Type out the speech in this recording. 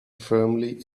firmly